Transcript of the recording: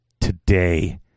today